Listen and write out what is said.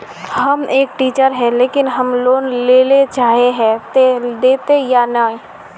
हम एक टीचर है लेकिन हम लोन लेले चाहे है ते देते या नय?